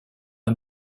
une